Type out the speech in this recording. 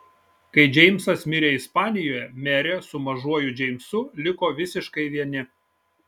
kai džeimsas mirė ispanijoje merė su mažuoju džeimsu liko visiškai vieni